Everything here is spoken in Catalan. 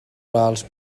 els